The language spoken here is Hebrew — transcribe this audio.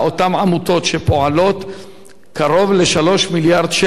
קרוב ל-3 מיליארד שקלים מגויסים דרך העמותות.